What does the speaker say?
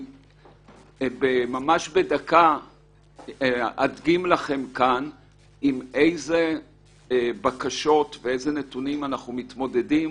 ממש בדקה אני אדגים לכם כאן עם איזה בקשות ונתונים אנחנו מתמודדים